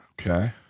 Okay